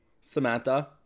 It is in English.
Samantha